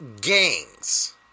gangs